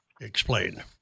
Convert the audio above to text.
Explain